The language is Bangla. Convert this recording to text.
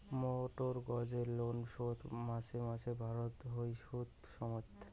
মর্টগেজ লোন শোধ মাসে মাসে ভরতে হই শুধ সমেত